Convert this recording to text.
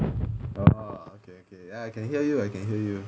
okay okay ya I can hear you I can hear you